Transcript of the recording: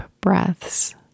breaths